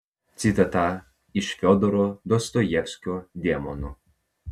citata iš fiodoro dostojevskio demonų